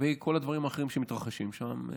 לגבי כל הדברים האחרים שמתרחשים שם,